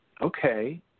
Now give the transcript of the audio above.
okay